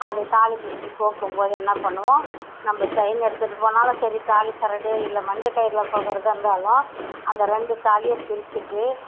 அது தாலிப்பிரித்து கோர்க்கும்போது என்ன பண்ணுவோம் நம்ம செயின் எடுத்துகிட்டு போனாலும் சரி தாலி சரடு இல்லை மஞ்சக்கயிறில் கோக்கிறதாருந்தாலும் அந்த ரெண்டும் தாலியும் பிரிச்சுட்டு